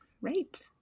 Right